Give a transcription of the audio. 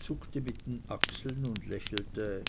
zuckte mit den achseln und lächelte